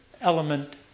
element